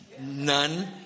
none